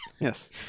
Yes